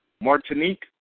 Martinique